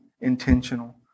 intentional